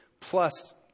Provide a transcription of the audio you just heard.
plus